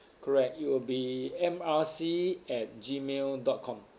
correct it will be M R C at gmail dot com